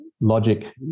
logic